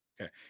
okay